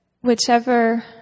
whichever